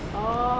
oh